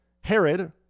Herod